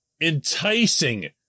enticing